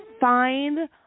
find